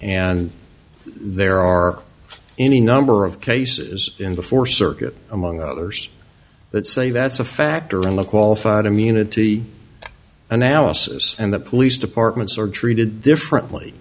and there are any number of cases in the four circuit among others that say that's a factor in the qualified immunity analysis and the police departments are treated differently